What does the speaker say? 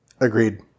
Agreed